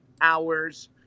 hours